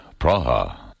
Praha